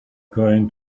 going